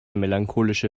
melancholische